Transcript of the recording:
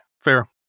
Fair